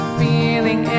feeling